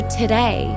today